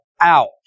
out